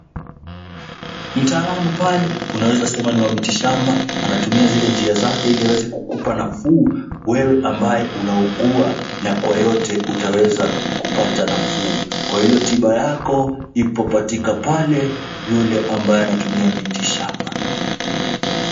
Mtaalam pale unaweza sema ni wa miti shamba. Anatumia zile njia zake ili aweze kukupa nafuu wewe ambaye unaugua na kwa yote utaweza kupata nafuu. Kwa hilo tiba yako ipo katika pale yule ambaye anatumia miti shamba.